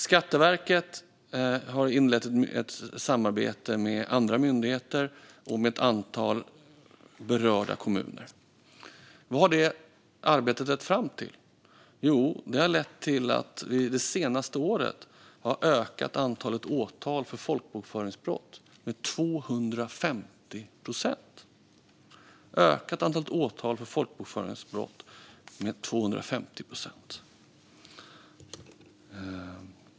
Skatteverket har inlett ett samarbete med andra myndigheter och med ett antal berörda kommuner. Vad har detta arbete lett fram till? Det har lett till att antalet åtal för folkbokföringsbrott under det senaste året har ökat med 250 procent.